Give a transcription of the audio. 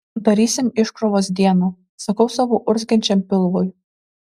darysim iškrovos dieną sakau savo urzgiančiam pilvui